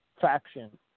faction